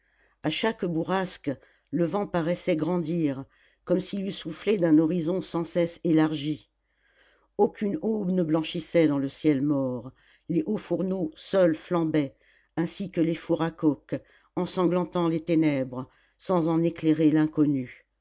a chaque bourrasque le vent paraissait grandir comme s'il eût soufflé d'un horizon sans cesse élargi aucune aube ne blanchissait dans le ciel mort les hauts fourneaux seuls flambaient ainsi que les fours à coke ensanglantant les ténèbres sans en éclairer l'inconnu